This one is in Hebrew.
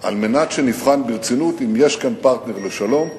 על מנת שנבחן ברצינות אם יש כאן פרטנר לשלום,